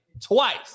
twice